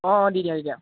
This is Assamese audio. অঁ দি দিয়া দি দিয়া